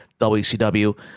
WCW